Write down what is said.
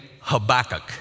Habakkuk